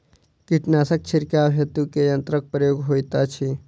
कीटनासक छिड़काव हेतु केँ यंत्रक प्रयोग होइत अछि?